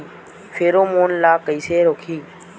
Pheromone ला कइसे रोकही?